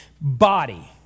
body